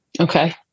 Okay